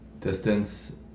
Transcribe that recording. distance